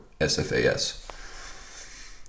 sfas